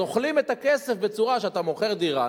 אז אוכלים את הכסף בצורה שאתה מוכר דירה,